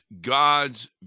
God's